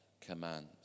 commands